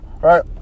right